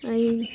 आइये ने